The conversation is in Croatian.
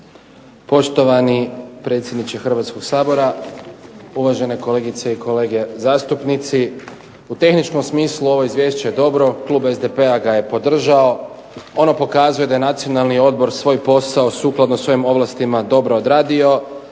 Poštovani predsjedniče Hrvatskog sabora, uvažene kolegice i kolege zastupnici. U tehničkom smislu ovo je izvješće dobro, klub SDP-a ga je podržao, ono pokazuje da je Nacionalni odbor svoj posao sukladno svojim ovlastima dobro odradio,